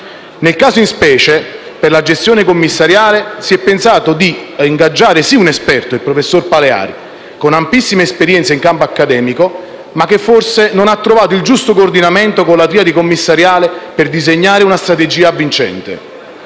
Nel caso in specie, per la gestione commissariale si è pensato ad ingaggiare sì un esperto, il professor Paleari, con ampissima esperienza in campo accademico, ma che forse non ha trovato il giusto coordinamento con la triade commissariale per disegnare una strategia avvincente.